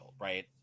right